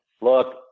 look